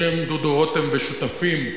בשם דודו רותם ושותפים,